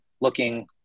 looking